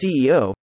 CEO